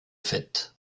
fête